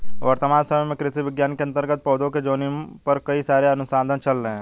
वर्तमान समय में कृषि विज्ञान के अंतर्गत पौधों के जीनोम पर कई सारे अनुसंधान चल रहे हैं